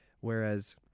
whereas